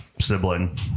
sibling